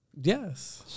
Yes